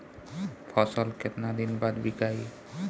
फसल केतना दिन बाद विकाई?